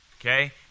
okay